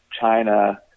China